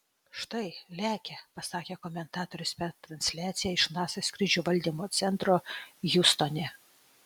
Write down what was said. štai lekia pasakė komentatorius per transliaciją iš nasa skrydžių valdymo centro hjustone